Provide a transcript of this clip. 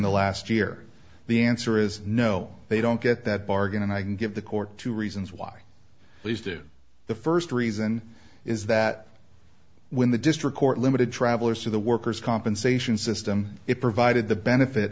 the last year the answer is no they don't get that bargain and i can give the court two reasons why please do the first reason is that when the district court limited travellers to the workers compensation system it provided the benefit